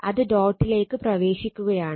അത് ഡോട്ടിലേക്ക് പ്രവേശിക്കുകയാണ്